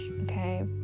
okay